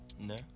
No